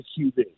QB